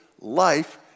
life